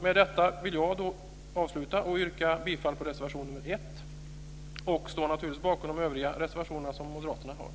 Med detta yrkar jag till slut bifall till reservation nr 1. Jag står naturligtvis också bakom de övriga moderata reservationerna.